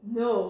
no